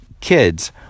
kids